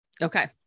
Okay